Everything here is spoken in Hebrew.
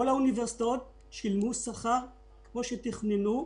כל האוניברסיטאות שילמו שכר כמו שתכננו.